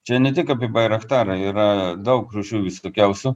čia ne tik apie bairaktarą yra daug rūšių visokiausių